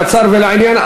קצר ולעניין.